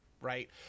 right